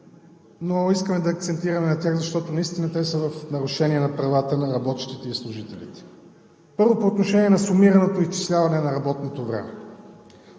но искаме да акцентираме на тях, защото наистина те са в нарушение на правата на работещите и служителите. Първо, по отношение на сумираното изчисляване на работното време.